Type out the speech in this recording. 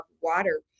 water